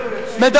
אל